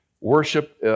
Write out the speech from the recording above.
Worship